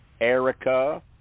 Erica